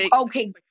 Okay